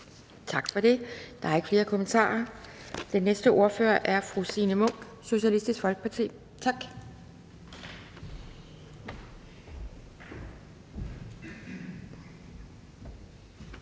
Tak for det. Der er ikke flere kommentarer. Den næste ordfører er fru Signe Munk, Socialistisk Folkeparti. Kl.